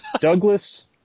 Douglas